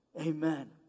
Amen